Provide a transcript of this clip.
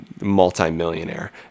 multi-millionaire